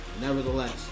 Nevertheless